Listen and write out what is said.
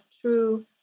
true